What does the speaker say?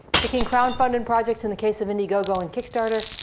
picking crowdfunded projects in the case of indiegogo and kickstarter,